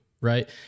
right